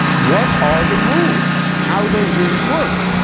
what are the rules? how does this work?